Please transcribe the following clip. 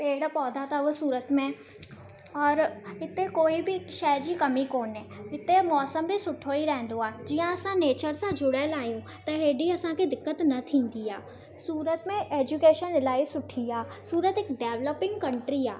पेड़ पौधा अथव सूरत में और हिते कोई बि शइ जी कमी कोन्हे हिते मौसमु बि सुठो ई रहंदो आहे जीअं असां नेचर सां जुड़ियल आहियूं त हेॾी असां खे दिक़त न थींदी आहे सूरत में एजुकेशन इलाही सुठी आहे सूरत हिकु डेवलपिंग कंट्री आहे